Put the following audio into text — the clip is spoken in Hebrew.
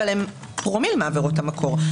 אבל הן פרומיל מעבירות המקור.